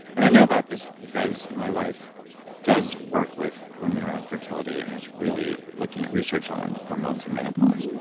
and i know about this because my wife does work with women around fertility and is really looking at research on hormones and menopause.